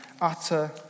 utter